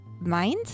mind